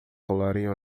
colarinho